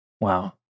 Wow